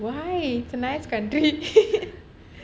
why its a nice country